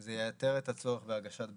זה ייתר את הצורך בהגשת בקשה.